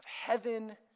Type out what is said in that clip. heaven